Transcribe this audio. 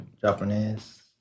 Japanese